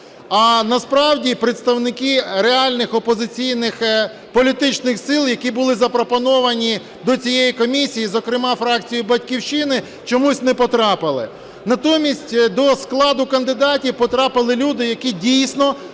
А насправді представники реальних опозиційних політичних сил, які були запропоновані до цієї комісії, зокрема фракцією "Батьківщина", чомусь не потрапили. Натомість до складу кандидатів потрапили люди, які дійсно